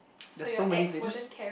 there's so many they just